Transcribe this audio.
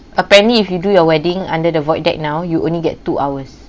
apparently if you do your wedding under the void deck now you only get two hours